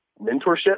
mentorship